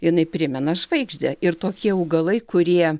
jinai primena žvaigždę ir tokie augalai kurie